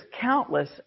countless